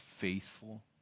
faithful